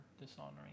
dishonoring